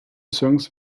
songs